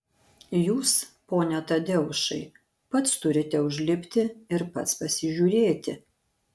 jūs pone tadeušai pats turite užlipti ir pats pasižiūrėti